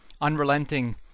unrelenting